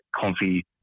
comfy